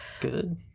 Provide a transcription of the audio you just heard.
Good